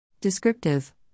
Descriptive